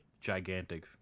Gigantic